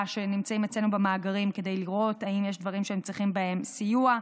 שנמצאים אצלנו במאגרים כדי לראות אם יש דברים שהם צריכים בהם סיוע,